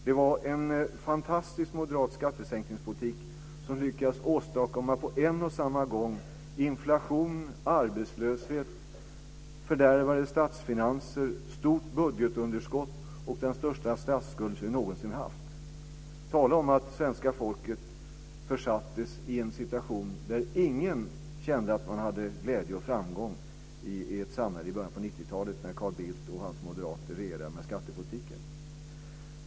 Det var en fantastisk moderat skattesänkningspolitik som på en och samma gång lyckades åstadkomma inflation, arbetslöshet, fördärvade statsfinanser, stort budgetunderskott och den största statsskuld som vi någonsin haft. Tala om att svenska folket försattes i en situation där ingen kände att man hade glädje och framgång i samhället! Det var i början på 90-talet, när Carl Bildt och hans moderater regerade och drev skattepolitiken.